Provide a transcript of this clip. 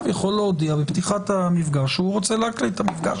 יכול להודיע בפתיחת המפגש שהוא רוצה להקליט את המפגש.